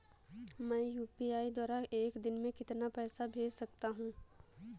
मैं यू.पी.आई द्वारा एक दिन में कितना पैसा भेज सकता हूँ?